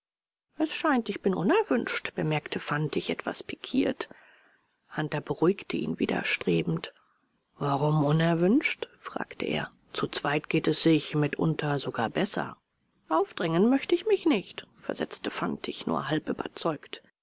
es scheint ich bin unerwünscht bemerkte fantig etwas pikiert hunter beruhigte ihn widerstrebend warum unerwünscht fragte er zu zweit geht es sich mitunter sogar besser aufdrängen möchte ich mich nicht versetzte fantig nur halb überzeugt